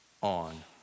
on